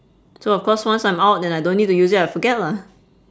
so of course once I am out and I don't need to use it I forget lah